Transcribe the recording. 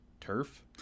turf